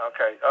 Okay